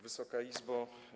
Wysoka Izbo!